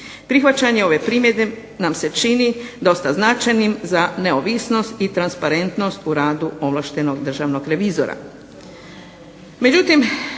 Prihvaćanje ove primjedbe nam se čini dosta značajnim za neovisnost i transparentnost u radu ovlaštenog državnog revizora.